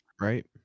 Right